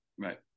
Right